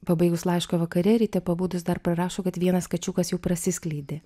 pabaigus laišką vakare ryte pabudus dar parašo kad vienas kačiukas jau prasiskleidė